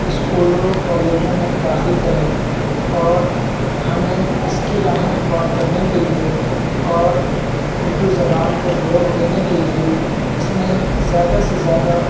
اسکولوں کالجوں میں داخل کریں اور ہمیں اس کی راہیں ہموار کرنے کے لیے اور اردو زبان کو فروغ دینے کے لیے اس میں زیادہ سے زیادہ